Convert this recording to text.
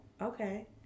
Okay